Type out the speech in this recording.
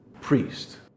priest